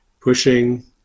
pushing